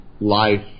life